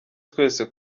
twese